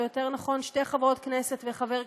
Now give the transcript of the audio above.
או יותר נכון שתי חברות כנסת וחבר כנסת,